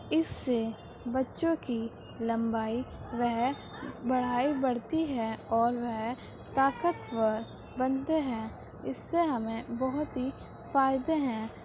اس سے بچوں کی لمبائی وہ بڑھائی بڑھتی ہے اور وہ طاقتور بنتے ہیں اس سے ہمیں بہت ہی فائدے ہیں